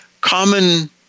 common